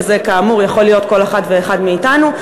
שזה כאמור יכול להיות כל אחד ואחד מאתנו.